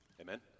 Amen